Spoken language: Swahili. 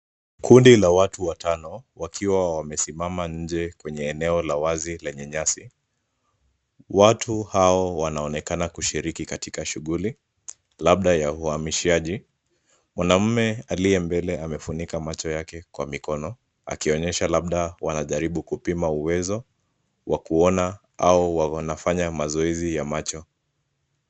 Kundi la watu watano wakiwa wamesimama nje kwenye eneo la wazi lenye nyasi. Watu hao wanaonekana kushiriki katika shughuli, labda ya uhamishiaji. Mwanaume aliye mbele amefunika macho yake kwa mikono, akionyesha labda wanajaribu kupima uwezo wa kuona au wanafanya mazoezi ya macho.